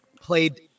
played